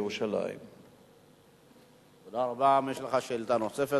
כאשר ניסו השוטרים לעצור את המתפרעים,